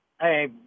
Hey